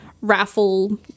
raffle